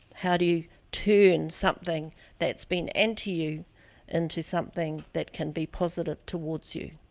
how do you tune something that's been anti-you into something that can be positive towards you?